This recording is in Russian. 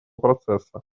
процесса